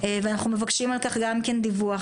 ואנחנו מבקשים על כך גם כן דיווח.